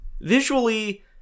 Visually